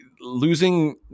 Losing –